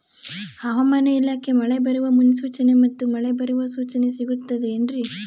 ಹವಮಾನ ಇಲಾಖೆ ಮಳೆ ಬರುವ ಮುನ್ಸೂಚನೆ ಮತ್ತು ಮಳೆ ಬರುವ ಸೂಚನೆ ಸಿಗುತ್ತದೆ ಏನ್ರಿ?